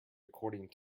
according